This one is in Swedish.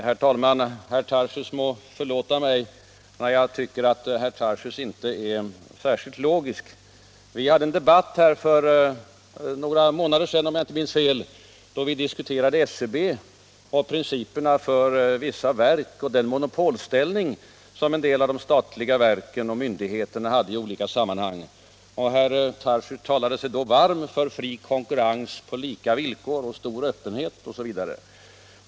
Herr talman! Herr Tarschys får förlåta mig att jag tycker att herr Tarschys inte är särskilt logisk. Vi hade en debatt för några månader sedan - om jag inte minns fel — då vi diskuterade SCB, principerna för vissa verks verksamhet och den monopolställning som en del av de statliga verken och myndigheterna har i olika sammanhang. Herr Tarschys talade sig då varm för fri konkurrens på lika villkor, stor öppenhet osv.